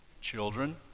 Children